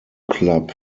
club